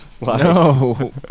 No